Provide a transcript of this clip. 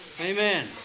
Amen